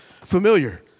familiar